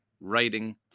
writing